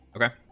okay